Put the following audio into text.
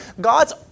God's